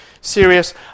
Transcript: serious